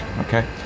okay